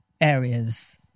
areas